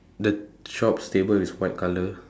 the shop's table is white colour